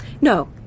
No